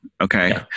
okay